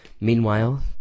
Meanwhile